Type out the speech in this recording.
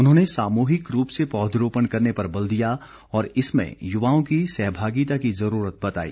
उन्होंने सामूहिक रूप से पौधरोपण करने पर बल दिया और इसमें युवाओं की सहभागिता की जरूरत बताई